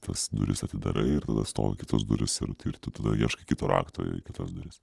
tas duris atidarai ir tada stovi kitos durys ir tai ir tu tada ieškai kito rakto į tas duris